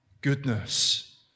goodness